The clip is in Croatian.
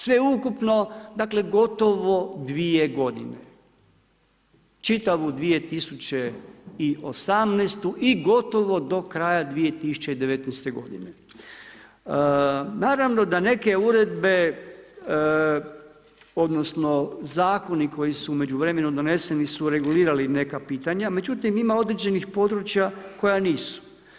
Sveukupno, dakle gotovo 2 g. čitavu 2018. i gotovo do kraja 2019. g. Naravno da neke uredbe odnosno zakoni koji su u međuvremenu doneseni su regulirali neka pitanja međutim ima određenih područja koja nisu.